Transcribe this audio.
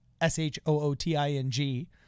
S-H-O-O-T-I-N-G